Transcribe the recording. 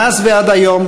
מאז ועד היום